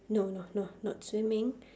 no no no not swimming